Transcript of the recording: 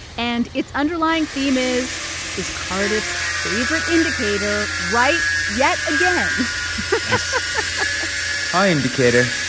and its underlying theme is is cardiff's favourite indicator right? yet again yes hi, indicator.